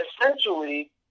essentially